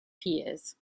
peers